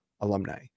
alumni